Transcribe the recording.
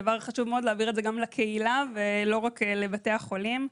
חשוב מאוד להעביר את זה גם לקהילה ולא רק לבתי החולים.